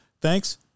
Thanks